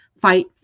fight